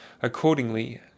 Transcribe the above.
accordingly